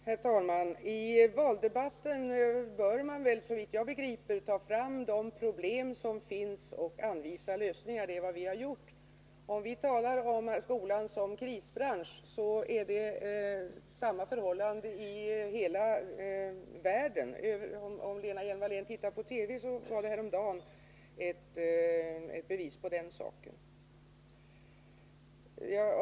Herr talman! I valdebatten bör man väl, såvitt jag begriper, ta fram de problem som finns och anvisa lösningar. Det är vad vi har gjort. Om vi talar om skolan som en krisbransch, så är det samma förhållande i hela världen. Om Lena Hjelm-Wallén tittar på TV såg hon kanske att det häromdagen gavs ett bevis på den saken.